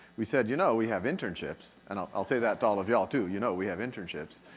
we said you know, we have internships. and i'll i'll say that to all of you all, too, you know, we have internships.